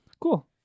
cool